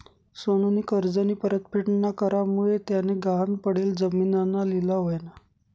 सोनूनी कर्जनी परतफेड ना करामुये त्यानी गहाण पडेल जिमीनना लिलाव व्हयना